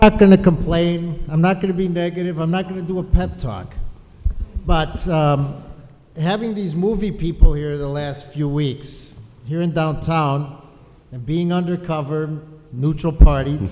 to complain i'm not going to be negative i'm not going to do a pep talk but having these movie people here the last few weeks here in downtown and being undercover neutral party